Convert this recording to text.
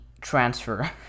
transfer